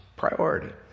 Priority